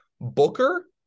Booker